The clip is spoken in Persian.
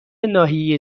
ناحیه